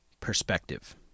Perspective